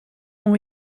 ont